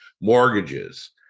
mortgages